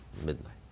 midnight